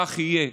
כך יהיה.